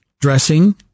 dressing